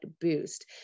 boost